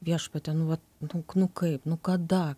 viešpatie nu va nu nu kaip nu kada